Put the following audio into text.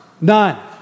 None